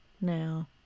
now